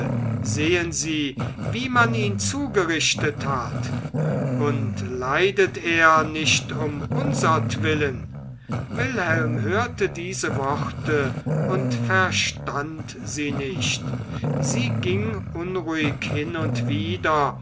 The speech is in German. sehen sie wie man ihn zugerichtet hat und leidet er nicht um unsertwillen wilhelm hörte diese worte und verstand sie nicht sie ging unruhig hin und wider